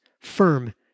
firm